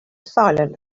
silent